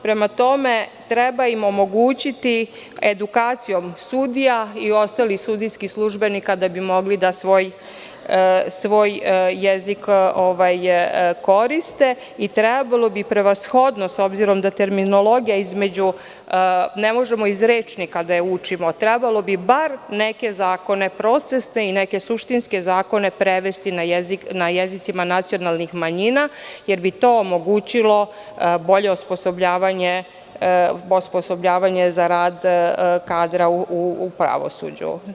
Prema tome, treba im omogućiti edukacijom sudija i ostalih sudijskih službenika da bi mogli da svoj jezik koriste i trebalo bi prevashodno, s obzirom da terminologiju ne možemo iz rečnika da učimo, trebalo bi bar neke zakone procesne i neke suštinske zakone prevesti na jezicima nacionalnih manjina, jer bi to omogućilo bolje osposobljavanje za rad kadra u pravosuđu.